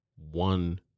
one